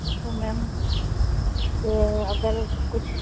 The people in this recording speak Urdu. تو میم تو اگر کچھ